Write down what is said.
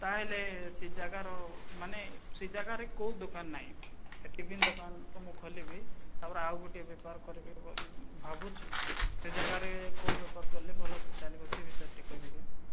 ତାହାଲେ ସେଇ ଯାଗାର ମାନେ ସେଇ ଯାଗାରେ କେଉଁ ଦୋକାନ ନାଇଁ କେବିନ ଦୋକାନ୍ ତ ମୁଁ ଖୋଲିବି ତାପରେ ଆଉ ଗୋଟିଏ ବେପାର କରିବି ବୋଲି ଭାବୁଛି ସେଇ ଯାଗାରେ କେଉଁ ବେପାର କଲେ ଭଲ ସେ ଚାଲିବ ସେଇ ବିଷୟେର ଟିକେ କହିବେ କି